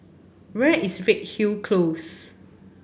where is Redhill Close